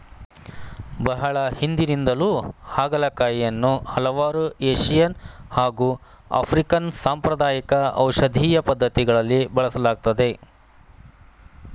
ಬಹಳ ಹಿಂದಿನಿಂದಲೂ ಹಾಗಲಕಾಯಿಯನ್ನು ಹಲವಾರು ಏಶಿಯನ್ ಹಾಗು ಆಫ್ರಿಕನ್ ಸಾಂಪ್ರದಾಯಿಕ ಔಷಧೀಯ ಪದ್ಧತಿಗಳಲ್ಲಿ ಬಳಸಲಾಗ್ತದೆ